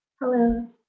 Hello